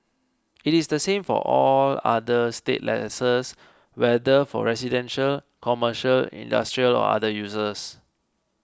it is the same for all other state leases whether for residential commercial industrial or other uses